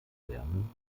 lernen